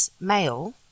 male